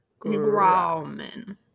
Grauman